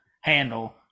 handle